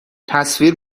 تصویر